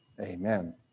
Amen